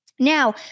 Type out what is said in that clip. Now